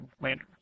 lander